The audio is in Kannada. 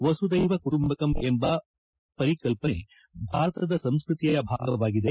ವಸುಧ್ವೆವ ಕುಟುಂಬಕಂ ಎಂಬ ಪರಿಕಲ್ಸನೆ ಭಾರತದ ಸಂಸ್ಕೃತಿಯ ಭಾಗವಾಗಿದೆ